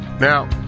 Now